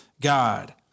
God